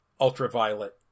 ultraviolet